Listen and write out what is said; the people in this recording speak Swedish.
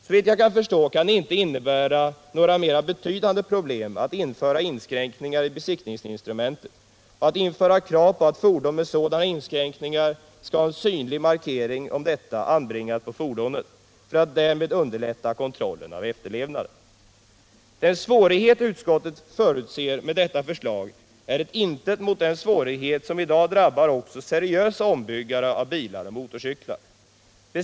Såvitt jag förstår kan det inte innebära några mera betydande problem att införa inskränkningar i besiktningsinstrumentet och att genomföra krav på att fordon med sådana inskränkningar skall ha en synlig markering om detta anbringad på fordonet, för att därmed underlätta kontrollen av efterlevnaden. Den svårighet utskottet ser i detta förslag är ett intet mot de svårigheter som i dag drabbar också seriösa ombyggare av bilar och motorcyklar.